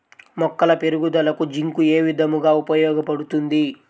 మొక్కల పెరుగుదలకు జింక్ ఏ విధముగా ఉపయోగపడుతుంది?